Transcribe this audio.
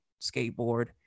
skateboard